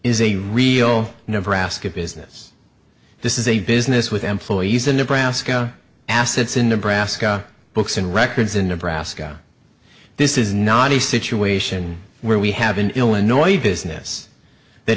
is a real nebraska business this is a business with employees in nebraska assets in nebraska books and records in nebraska this is not a situation where we have an illinois business that